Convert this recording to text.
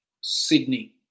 Sydney